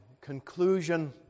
conclusion